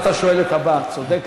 אתה יכול לעשות תקדים.